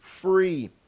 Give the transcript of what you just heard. free